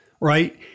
right